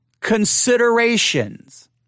considerations